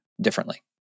differently